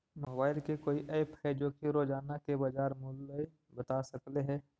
Mobile के कोइ app है जो कि रोजाना के बाजार मुलय बता सकले हे?